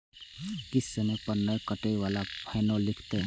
किस्त समय पर नय कटै के बाद फाइनो लिखते?